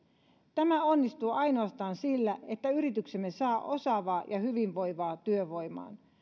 tämä onnistuu ainoastaan sillä että yrityksemme saavat osaavaa ja hyvinvoivaa työvoimaa